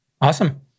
Awesome